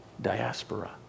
Diaspora